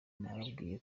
nababwira